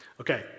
Okay